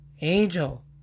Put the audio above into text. Angel